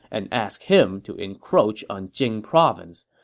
and ask him to encroach on jing province.